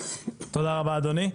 תודה רבה אדוני,